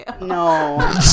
No